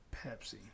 Pepsi